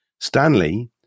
Stanley